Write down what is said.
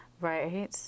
Right